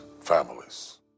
families